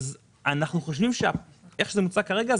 ואנחנו חושבים שכפי שזה מוצג כרגע,